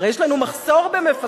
הרי יש לנו מחסור במפקחים.